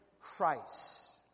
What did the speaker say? Christ